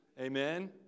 Amen